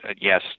yes